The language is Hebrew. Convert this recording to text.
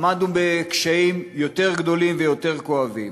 עמדנו בקשיים יותר גדולים ויותר כואבים.